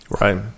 Right